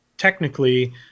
Technically